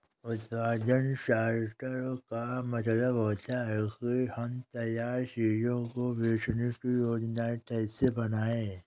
उत्पादन सॉर्टर का मतलब होता है कि हम तैयार चीजों को बेचने की योजनाएं कैसे बनाएं